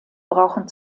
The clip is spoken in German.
brauchen